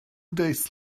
days